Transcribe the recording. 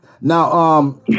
Now